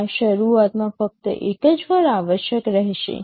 આ શરૂઆતમાં ફક્ત એક જ વાર આવશ્યક રહેશે